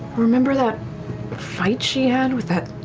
remember that fight she had with that